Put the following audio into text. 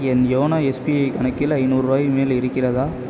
என் YONO SBI கணக்கில் ஐந்நூறுபாய் மேல் இருக்கிறதா